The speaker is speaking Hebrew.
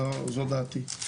זו דעתי.